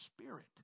spirit